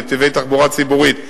נתיבי תחבורה ציבורית,